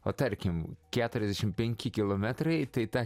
o tarkim keturiasdešim penki kilometrai tai tą